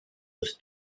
with